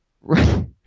Right